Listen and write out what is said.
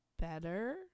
better